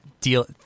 deal